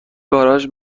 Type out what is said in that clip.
گاراژ